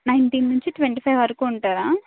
nineteen నుంచి twenty five వరకు ఉంటారా